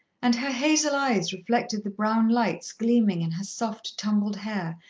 and her hazel eyes reflected the brown lights gleaming in her soft, tumbled hair,